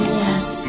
yes